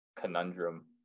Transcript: conundrum